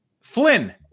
Flynn